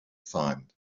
find